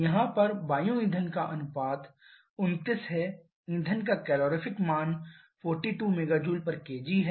यहाँ पर वायु ईंधन का अनुपात 29 है ईंधन का कैलोरीपिक मान 42 MJkg है